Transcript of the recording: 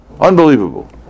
Unbelievable